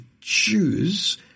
choose